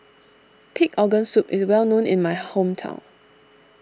Pig Organ Soup is well known in my hometown